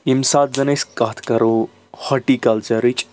ییٚمہِ ساتہٕ زَن أسۍ کَتھ کَرو ہارٹِی کَلچَرٕچ